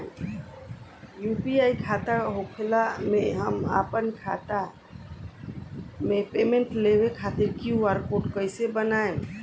UPI खाता होखला मे हम आपन खाता मे पेमेंट लेवे खातिर क्यू.आर कोड कइसे बनाएम?